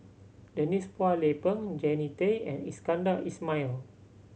Denise Phua Lay Peng Jannie Tay and Iskandar Ismail